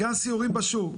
וגם סיורים בחוץ.